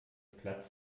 platz